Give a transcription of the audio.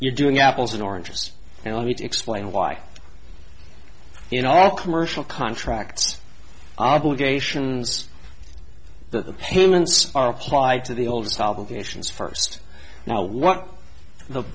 you're doing apples and oranges and i need to explain why you know all commercial contracts obligations that the payments are applied to the oldest obligations first not what the